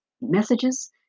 messages